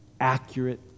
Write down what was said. accurate